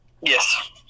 Yes